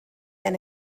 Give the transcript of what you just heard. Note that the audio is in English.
and